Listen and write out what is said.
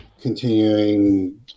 continuing